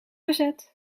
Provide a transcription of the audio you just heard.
gezet